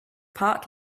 part